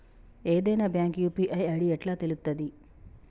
ఏదైనా bank UPI ID ఎట్లా తెలుత్తది?